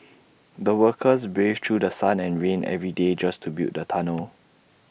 the workers braved through The Sun and rain every day just to build the tunnel